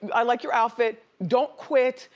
i like your outfit. don't quit.